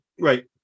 right